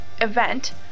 Event